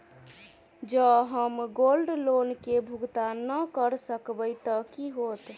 जँ हम gold loan केँ भुगतान न करऽ सकबै तऽ की होत?